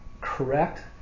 correct